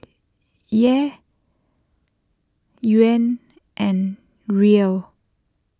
Kyat Yuan and Riel